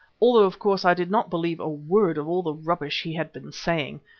although, of course, i did not believe a word of all the rubbish he had been saying,